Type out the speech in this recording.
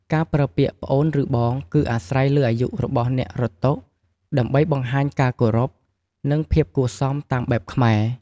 ការប្រើពាក្យ "ប្អូន" ឬ "បង" គឺអាស្រ័យលើអាយុរបស់អ្នករត់តុ ដើម្បីបង្ហាញការគោរព និងភាពគួរសមតាមបែបខ្មែរ។